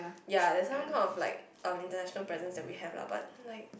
ya there's some kind of like um international presence that we have lah but like